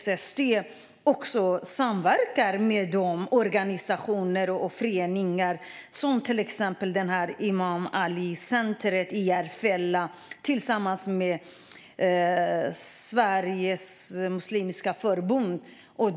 SST samverkar med organisationer och föreningar, till exempel Imam Ali Islamic Center i Järfälla tillsammans med Sveriges Muslimska Förbund.